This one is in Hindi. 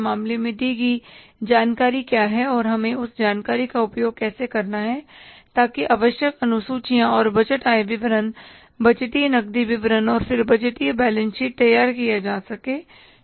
मामले में दी गई जानकारी क्या है और हमें उस जानकारी का उपयोग कैसे करना है ताकि आवश्यक अनुसूचियां और बजट आय विवरण बजटीय नकदी विवरण और फिर बजटीय बैलेंस शीट तैयार किया जा सके ठीक है